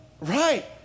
Right